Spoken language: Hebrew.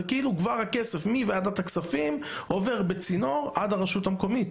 זה כאילו כבר הכסף מוועדת הכספים עובר בצינור עד הרשות המקומית,